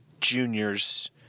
juniors